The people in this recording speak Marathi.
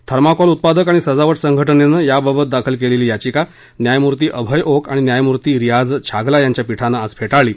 थर्माकोल उत्पादक आणि सजावट संघटनेनं याबाबत दाखल केलेली याचिका न्यायमूर्ती अभय ओक आणि न्यायमूर्ती रियाझ छागला यांच्या पीठानं आज फेटाळली